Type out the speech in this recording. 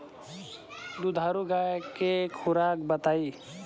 दुधारू गाय के खुराक बताई?